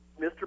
Mr